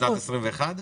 בשנת 21'?